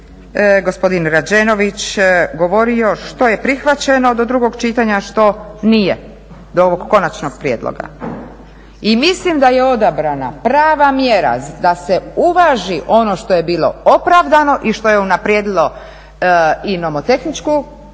gospodin Rađenović govorio, što je prihvaćeno do drugog čitanja, što nije do ovog konačnog prijedloga. I mislim da je odabrana prava mjera da se uvaži ono što je bilo opravdano i što je unaprijedilo i nomotehničku strukturu